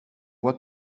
voit